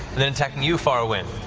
then attacking you, farriwen.